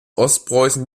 ostpreußen